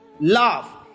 Love